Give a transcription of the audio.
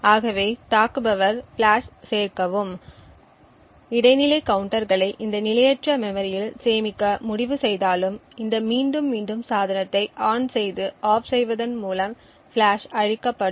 ஆகவே தாக்குபவர் ஃபிளாஷ் சேர்க்கவும் இடைநிலை கவுண்டர்களை இந்த நிலையற்ற மெமரியில் சேமிக்க முடிவு செய்தாலும் இந்த மீண்டும் மீண்டும் சாதனத்தை ON செய்து OFF செய்வதன் மூலம் ஃபிளாஷ் அழிக்கப்படும்